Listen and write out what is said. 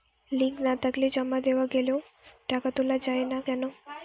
Link না থাকলে জমা দেওয়া গেলেও টাকা তোলা য়ায় না কেন?